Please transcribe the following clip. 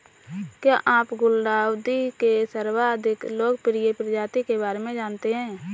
क्या आप गुलदाउदी के सर्वाधिक लोकप्रिय प्रजाति के बारे में जानते हैं?